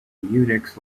unix